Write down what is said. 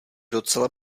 docela